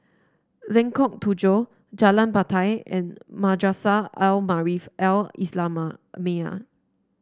Lengkok Tujoh Jalan Batai and Madrasah Al Maarif Al Islamiah